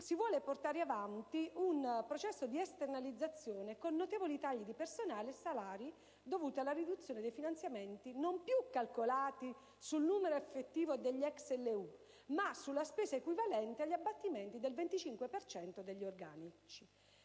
si vuole portare avanti un processo di esternalizzazione, con notevoli tagli di personale e salari, dovuti alla riduzione di finanziamenti, non più calcolati sul numero effettivo dei lavoratori ex LSU, ma sulla spesa equivalente agli abbattimenti del 25 per cento degli organici.